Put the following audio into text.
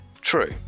true